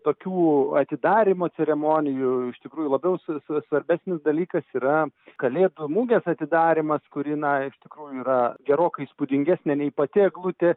tokių atidarymo ceremonijų iš tikrųjų labiau su svarbesnis dalykas yra kalėdų mugės atidarymas kuri na iš tikrųjų yra gerokai įspūdingesnė nei pati eglutė